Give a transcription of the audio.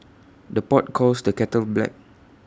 the pot calls the kettle black